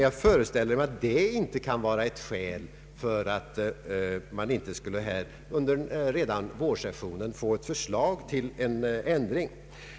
Jag föreställer mig emellertid att det inte kan vara ett skäl för att man inte redan under vårsessionen skulle kunna få ett förslag till ändring.